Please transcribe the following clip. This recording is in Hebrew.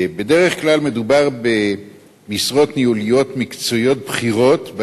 בדרך כלל מדובר במשרות ניהוליות מקצועיות בכירות,